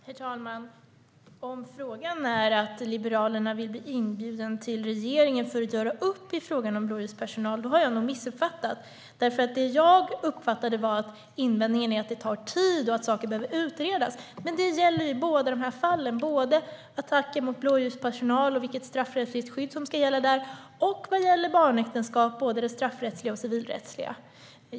Herr talman! Om saken gäller att Liberalerna vill bli inbjudna till regeringen för att göra upp i frågan om blåljuspersonal har jag nog missuppfattat det hela. Jag uppfattade att invändningen gällde att det tar tid och att saker behöver utredas. Men detta gäller ju i båda de här fallen - både frågan om attacker mot blåljuspersonal och vilket straffrättsligt skydd som ska gälla och frågan om barnäktenskap, både det straffrättsliga och civilrättsliga.